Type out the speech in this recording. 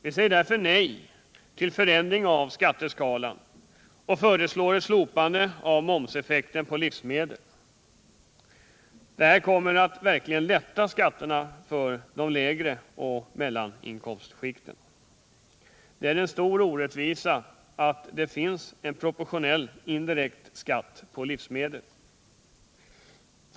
Vi säger nej till en förändring av skatteskalan och föreslår ett slopande av momseffekten på livsmedel. Detta kommer verkligen att lätta skatterna för lågoch mellaninkomstskikten. Det är en stor orättvisa att det finns en proportionell indirekt skatt på livsmedel.